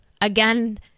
again